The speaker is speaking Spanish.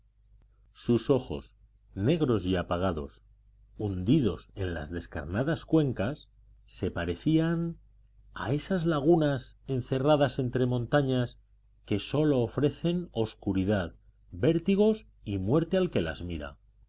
sus ojos negros y apagados hundidos en las descarnadas cuencas se parecían a esas lagunas encerradas entre montañas que sólo ofrecen oscuridad vértigos y muerte al que las mira